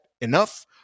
enough